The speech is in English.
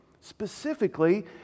specifically